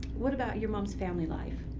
what about your mom's family life?